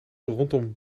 rondom